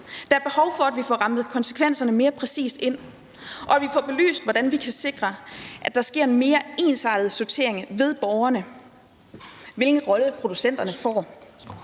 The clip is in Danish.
Der er behov for, at vi får rammet konsekvenserne mere præcist ind, og at vi får belyst, hvordan vi kan sikre, at der sker en mere ensartet sortering ved borgerne, og at vi får belyst, hvilken rolle producenterne får,